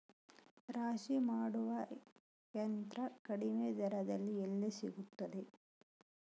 ರಾಶಿ ಮಾಡುವ ಯಂತ್ರ ಕಡಿಮೆ ದರದಲ್ಲಿ ಎಲ್ಲಿ ಸಿಗುತ್ತದೆ?